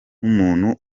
n’umuntu